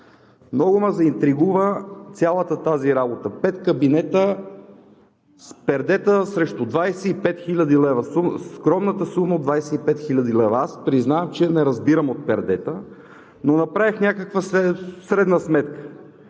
Много ме заинтригува цялата тази работа – пет кабинета с пердета срещу 25 хил. лв. Скромната сума от 25 хил. лв.!? Аз признавам, че не разбирам от пердета, но направих някаква средна сметка